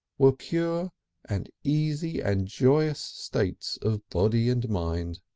were pure and easy and joyous states of body and mind.